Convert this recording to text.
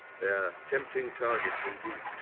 they are tempting targets indeed.